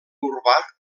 urbà